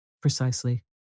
Precisely